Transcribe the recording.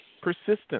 Persistence